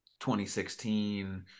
2016